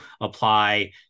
apply